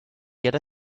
get